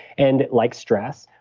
and like stress.